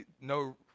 no